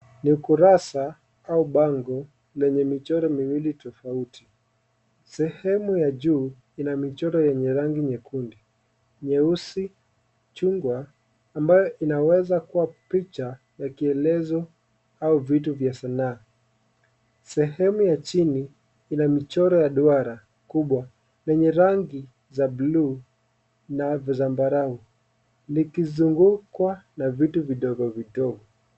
Ni kurasa au bango naenye michoro miwili tofauti. Sehemu ya juu ina michoro yenye rangi nyekundu, nyeusi, chungwa, ambayo inaweza kuwa picha ya kielezo au vitu vya sanaa. Sehemu ya chini ina michoro ya duara kubwa, yenye rangi za bluu na vizambarau. Ikizungukwa na vitu vidogo vidogo.